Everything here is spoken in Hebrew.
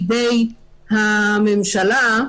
לפי חוק הממשלה.